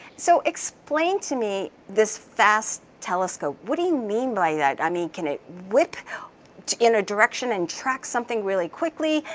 so explain to me this fast telescope. what do you mean by that? i mean can it whip in a direction and track something really quickly?